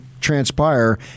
transpire